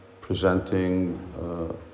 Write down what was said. presenting